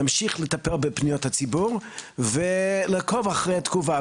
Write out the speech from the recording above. נמשיך לטפל בפניות הציבור ולעקוב אחרי התגובה.